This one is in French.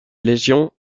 légion